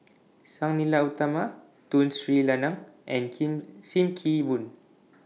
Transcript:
Sang Nila Utama Tun Sri Lanang and Kim SIM Kee Boon